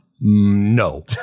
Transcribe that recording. No